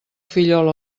fillol